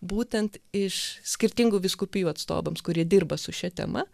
būtent iš skirtingų vyskupijų atstovams kurie dirba su šia tema